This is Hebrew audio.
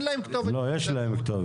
יש להם כתובת.